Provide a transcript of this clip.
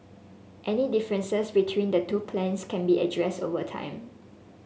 any differences between the two plans can be addressed over time